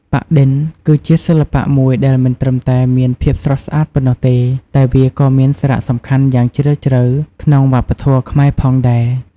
ប៉ាក់-ឌិន គឺជាសិល្បៈមួយដែលមិនត្រឹមតែមានភាពស្រស់ស្អាតប៉ុណ្ណោះទេ តែវាក៏មានសារៈសំខាន់យ៉ាងជ្រាលជ្រៅក្នុងវប្បធម៌ខ្មែរផងដែរ។